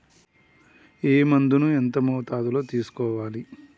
ఏ మందును ఏ మోతాదులో తీసుకోవాలి?